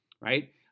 right